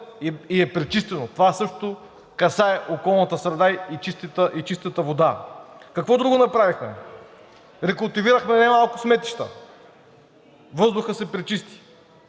и е пречистено – това също касае околната среда и чистата вода. Какво друго направихме? Рекултивирахме немалко сметища и въздухът се пречисти